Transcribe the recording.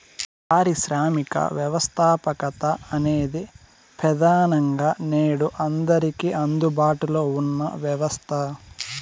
పారిశ్రామిక వ్యవస్థాపకత అనేది ప్రెదానంగా నేడు అందరికీ అందుబాటులో ఉన్న వ్యవస్థ